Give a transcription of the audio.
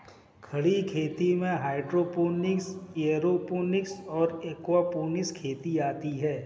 खड़ी खेती में हाइड्रोपोनिक्स, एयरोपोनिक्स और एक्वापोनिक्स खेती आती हैं